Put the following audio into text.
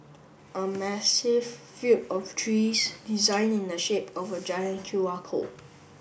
a massive field of trees designed in the shape of a giant Q R code